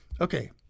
okay